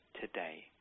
today